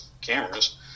cameras